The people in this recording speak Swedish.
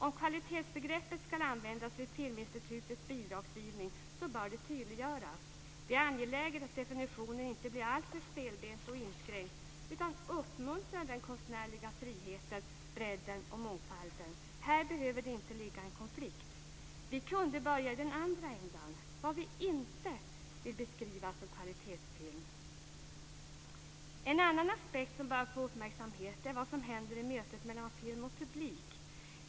Om kvalitetsbegreppet ska användas vid Filminstitutets bidragsgivning bör det tydliggöras. Det är angeläget att definitionen inte blir alltför stelbent och inskränkt utan uppmuntrar den konstnärliga friheten, bredden och mångfalden. Här behöver det inte ligga en konflikt. Vi kunde börja i den andra ändan - med vad vi inte vill beskriva som kvalitetsfilm. En annan aspekt som bör få uppmärksamhet är vad som händer i mötet mellan film och publik.